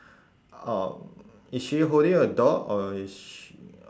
um is she holding a dog or is sh~